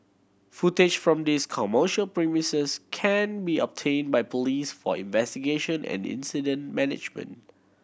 footage from these commercial premises can be obtained by police for investigation and incident management